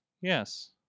Yes